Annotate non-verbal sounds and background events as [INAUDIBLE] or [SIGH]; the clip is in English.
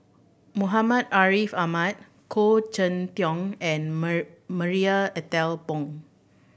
Muhammad Ariff Ahmad Khoo Cheng Tiong and [UNINTELLIGIBLE] Marie Ethel Bong